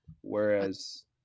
Whereas